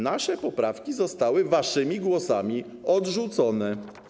Nasze poprawki zostały waszymi głosami odrzucone.